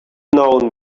known